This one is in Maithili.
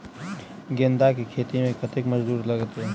गेंदा केँ खेती मे कतेक मजदूरी लगतैक?